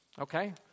Okay